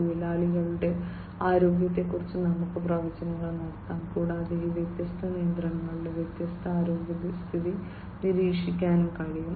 തൊഴിലാളികളുടെ ആരോഗ്യത്തെക്കുറിച്ച് നമുക്ക് പ്രവചനങ്ങൾ നടത്താം കൂടാതെ ഈ വ്യത്യസ്ത യന്ത്രങ്ങളുടെ വ്യത്യസ്ത ആരോഗ്യസ്ഥിതി നിരീക്ഷിക്കാനും കഴിയും